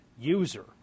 user